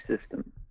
system